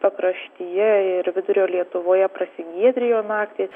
pakraštyje ir vidurio lietuvoje prasigiedrijo naktį